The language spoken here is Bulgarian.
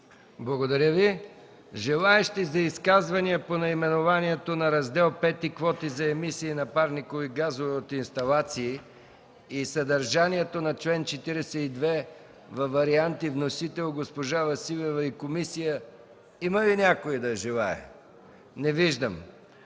Благодаря Ви. Има ли изказвания по наименованието на Раздел V „Квоти за емисии на парникови газове от инсталации” и съдържанието на чл. 42 във варианти вносител, госпожа Василева и комисия? Не виждам.